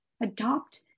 adopt